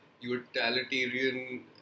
utilitarian